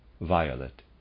violet